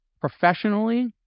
professionally